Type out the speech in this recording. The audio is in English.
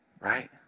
right